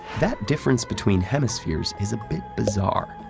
that difference between hemispheres is a bit bizarre,